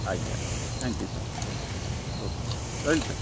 ଆଜ୍ଞା ଆଜ୍ଞା thank you sir okay okay okay ରହିଲି ସାର୍